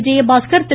Vijayabaskar Thiru